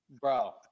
Bro